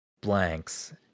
blanks